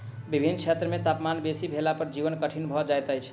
विभिन्न क्षेत्र मे तापमान बेसी भेला पर जीवन कठिन भ जाइत अछि